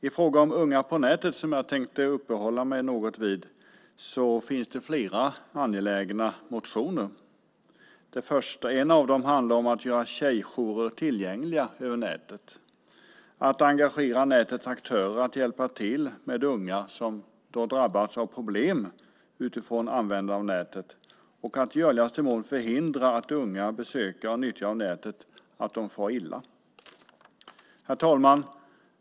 I fråga om unga på nätet som jag tänker uppehålla mig något vid finns det flera angelägna motioner. En av dem handlar om att göra tjejjourer tillgängliga över nätet, att engagera nätets aktörer att bidra till att hjälpa unga som har drabbats av problem genom användning av nätet och att i görligaste mån förhindra att unga besökare och nyttjare av nätet far illa. Herr talman!